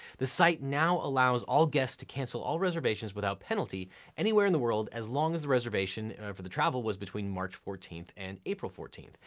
the site now allows all guests to cancel all reservations without penalty anywhere in the world as long as the reservation for the travel was between march fourteen and april fourteen.